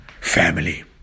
family